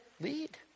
lead